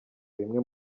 bimwe